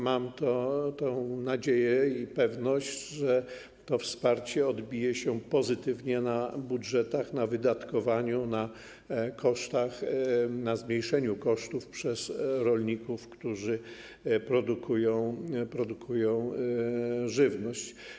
Mam nadzieję i pewność, że to wsparcie odbije się pozytywnie na budżetach, na wydatkowaniu, na kosztach, na zmniejszeniu kosztów przez rolników, którzy produkują żywność.